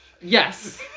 Yes